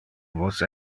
vos